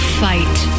fight